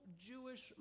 Jewish